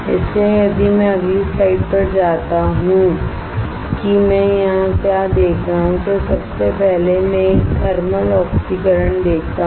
इसलिए यदि मैं अगली स्लाइड पर जाता हूं कि मैं यहां क्या देख रहा हूं तो सबसे पहले मैं एक थर्मल ऑक्सीकरण देखता हूं